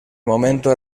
momento